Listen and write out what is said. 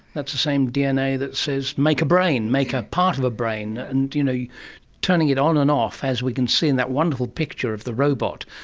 that's the same dna that says make a brain, make a part of a brain, and you know turning it on and off, as we can see in that wonderful picture of the robot,